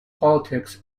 politics